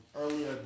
earlier